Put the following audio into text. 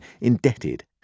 indebted